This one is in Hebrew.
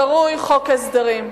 הקרוי חוק הסדרים.